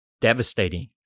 devastating